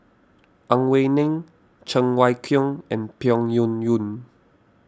Ang Wei Neng Cheng Wai Keung and Peng Yuyun